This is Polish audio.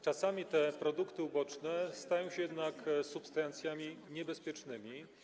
Czasami te produkty uboczne stają się jednak substancjami niebezpiecznymi.